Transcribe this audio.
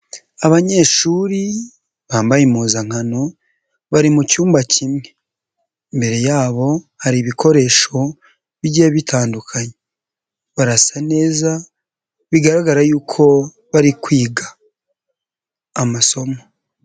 Abanyeshuri bambaye impuzankano bari mu cyumba kimwe, imbere yabo hari ibikoresho bigiye bitandukanye, barasa neza bigaragara yuko bari kwiga amasomo.